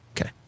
Okay